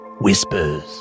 Whispers